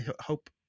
hope